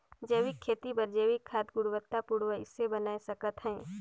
जैविक खेती बर जैविक खाद गुणवत्ता पूर्ण कइसे बनाय सकत हैं?